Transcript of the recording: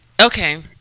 Okay